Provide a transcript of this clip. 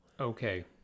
okay